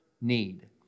need